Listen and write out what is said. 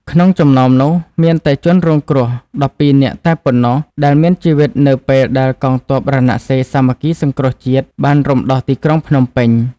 ក្នុងចំណោមនោះមានតែជនរងគ្រោះ១២នាក់តែប៉ុណ្ណោះដែលមានជីវិតនៅពេលដែលកងទ័ពរណសិរ្សសាមគ្គីសង្គ្រោះជាតិបានរំដោះទីក្រុងភ្នំពេញ។